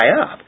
up